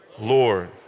Lord